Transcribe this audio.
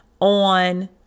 on